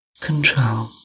control